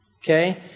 Okay